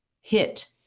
hit